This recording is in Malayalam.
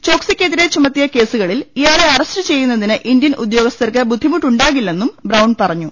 ചോക്സി ക്കെതിരെ ചുമത്തിയ കേസുകളിൽ ഇയാളെ അറസ്റ്റ് ചെയ്യുന്നതിന് ഇന്ത്യൻ ഉദ്യോഗസ്ഥർക്ക് ബുദ്ധിമുട്ടുണ്ടാ കില്ലെന്നും ബ്രൌൺ പറഞ്ഞു